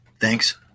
Thanks